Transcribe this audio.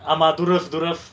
ஆமா:aama dhuraf dhuraf